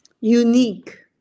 unique